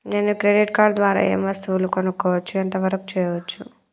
నేను credit card ద్వారా ఏం వస్తువులు కొనుక్కోవచ్చు ఎంత వరకు చేయవచ్చు?